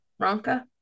Ronka